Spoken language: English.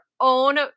own